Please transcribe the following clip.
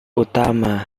utama